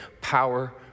power